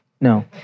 No